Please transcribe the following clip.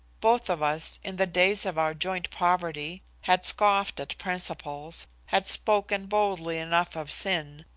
both of us in the days of our joint poverty, had scoffed at principles, had spoken boldly enough of sin,